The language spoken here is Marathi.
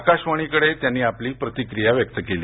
आकाशवाणीकडे त्यांनी आपली प्रतिक्रीया व्यक्त केली